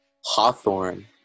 Hawthorne